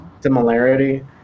similarity